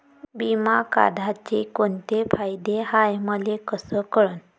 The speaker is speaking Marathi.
बिमा काढाचे कोंते फायदे हाय मले कस कळन?